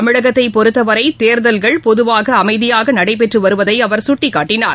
தமிழகத்தைபொறுத்தவரைதேர்தல்கள் பொதுவாகஅமைதியாகநடைபெற்றுவருவதைஅவர் சுட்டிக்காட்டினார்